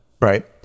Right